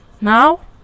Now